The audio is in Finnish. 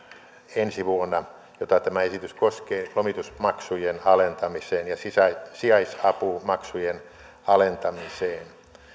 ensi vuonna jota tämä esitys koskee lomitusmaksujen alentamiseen ja sijaisapumaksujen alentamiseen